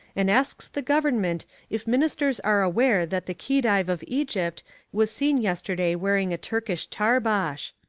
and asks the government if ministers are aware that the khedive of egypt was seen yesterday wearing a turkish tarbosh.